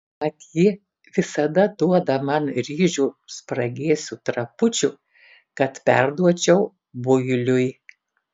mat ji visada duoda man ryžių spragėsių trapučių kad perduočiau builiui